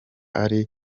ari